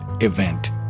event